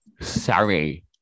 Sorry